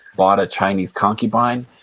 bought a chinese concubine,